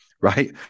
right